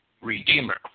Redeemer